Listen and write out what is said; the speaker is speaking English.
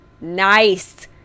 Nice